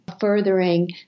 furthering